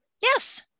Yes